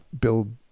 build